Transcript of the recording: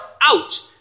out